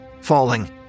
Falling